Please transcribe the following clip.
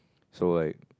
so like